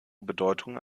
bedeutung